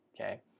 okay